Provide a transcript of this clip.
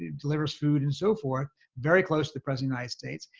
delivers food and so forth. very close to the president united states.